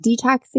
detoxing